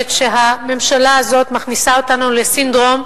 שהממשלה הזאת מכניסה אותנו לסינדרום,